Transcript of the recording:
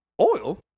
Oil